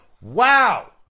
Wow